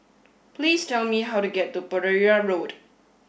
please tell me how to get to Pereira Road